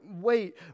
wait